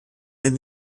and